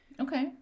Okay